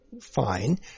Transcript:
Fine